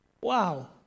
Wow